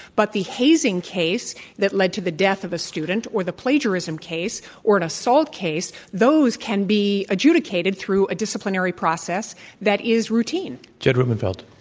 but the hazing case that led to the death of a student, or the plagiarism case, or an assault case, those can be adjudicated through a disciplinary process that is routine? jed rubenfeld.